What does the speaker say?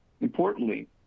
importantly